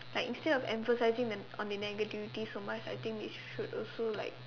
like instead of emphasizing the on the negativity so much I think they should also like